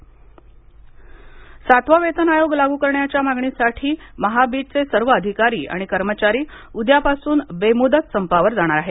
चंद्रपर वेतनवाढ सातवा वेतन आयोग लागू करण्याच्या मागणीसाठी महाबीजचे सर्व अधिकारी आणि कर्मचारी उद्यापासून बेमुदत संपावर जाणार आहेत